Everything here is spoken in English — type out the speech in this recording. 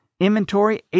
inventory